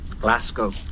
Glasgow